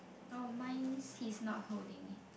oh mine's he's not holding it